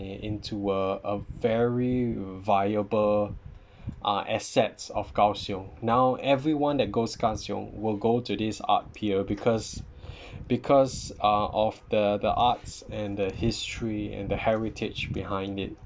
into a a very viable uh assets of kaohsiung now everyone that goes kaohsiung will go to this art pier because because uh of the the arts and the history and the heritage behind it